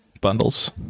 bundles